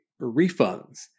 refunds